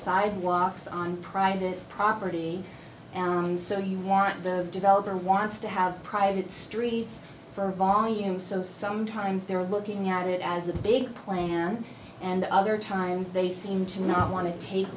sidewalks on private property and so you want the developer wants to have private streets for volume so sometimes they're looking at it as a big plan and other times they seem to not want to take